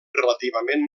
relativament